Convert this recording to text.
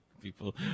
People